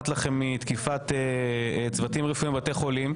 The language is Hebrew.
לכם מתקיפת צוותים רפואיים בבתי חולים,